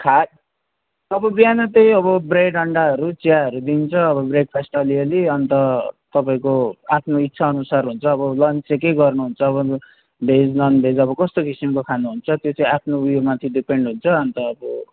खा अबो बिहान त्यही अब ब्रेड अन्डाहरू चियाहरू दिन्छ अब ब्रेकफास्ट अलिअलि अनि त तपाईँको आफ्नो इच्छाअनुसार हुन्छ अब लन्च चाहिँ के गर्नुहुन्छ अब भेज ननभेज अब कस्तो किसिमको खानुहुन्छ त्यो चाहिँ आफ्नो ऊ योमाथि डिपेन्ड हुन्छ अनि त अब